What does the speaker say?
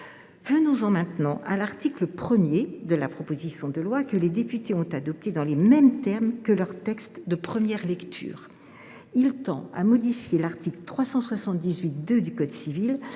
viens à présent à l’article 1 de la proposition de loi, que les députés ont adopté dans les mêmes termes que leur texte de première lecture. Cet article modifie l’article 378 2 du code civil